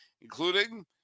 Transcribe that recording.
including